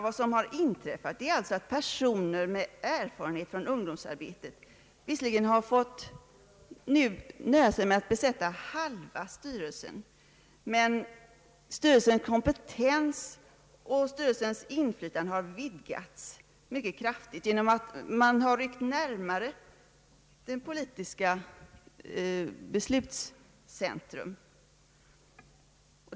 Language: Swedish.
Vad som inträffat är alltså att personer med erfarenhet från ungdomsarbete visserli gen har fått nöja sig med att tillsätta halva styrelsen, men styrelsens kompetens och inflytande har vidgats mycket kraftigt genom att man har ryckt närmare det politiska beslutscentrum.